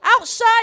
outside